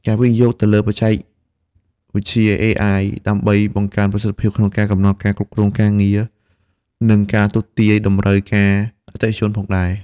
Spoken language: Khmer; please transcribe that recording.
ការវិនិយោគទៅលើបច្ចេកវិទ្យាអេអាយ ដើម្បីបង្កើនប្រសិទ្ធភាពក្នុងការកំណត់ផ្លូវការគ្រប់គ្រងការងារ និងការទស្សន៍ទាយតម្រូវការអតិថិជនផងដែរ។